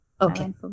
okay